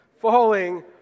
Falling